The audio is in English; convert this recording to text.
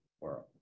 world